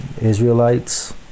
Israelites